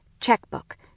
checkbook